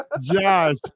Josh